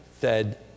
fed